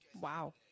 wow